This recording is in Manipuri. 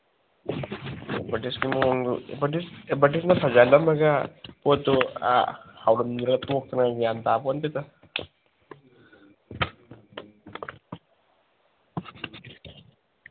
ꯑꯦꯗꯚꯔꯇꯤꯁꯀꯤ ꯃꯑꯣꯡꯗꯨ ꯑꯦꯗꯚꯔꯇꯤꯁꯅ ꯐꯖꯍꯜꯂꯝꯃꯒ ꯄꯣꯠꯇꯣ ꯍꯥꯎꯔꯝꯗ ꯇꯣꯛꯇꯅꯕ ꯒ꯭ꯌꯥꯟ ꯇꯥꯄꯣꯠꯇꯦꯗ